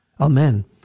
Amen